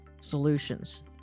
solutions